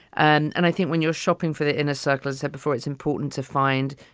and and i think when you're shopping for the inner circles that before it's important to find,